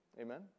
Amen